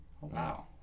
wow